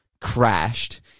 crashed